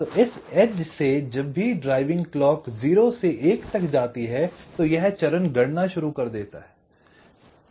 तो इस एज से जब भी ड्राइविंग क्लॉक 0 से 1 तक जाती है तो यह चरण गणना शुरू कर देता है